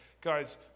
Guys